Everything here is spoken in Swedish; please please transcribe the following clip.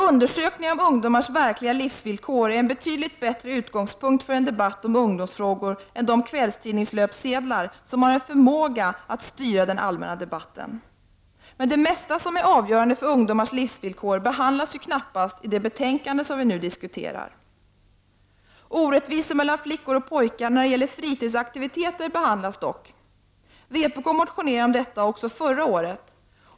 Undersökningar om ungdomars verkliga livsvillkor är en betydligt bättre utgångspunkt för en debatt om ungdomsfrågor än de kvällstidningslöpsedlar som har en förmåga att styra den allmänna debatten. Men det mesta som är avgörande för ungdomars livsvillkor behandlas knappast i det betänkande som vi nu diskuterar. Orättvisor mellan flickor och pojkar när det gäller fritidsaktiviteter behandlas dock. Vpk motionerade om detta även förra året.